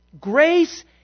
Grace